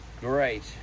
great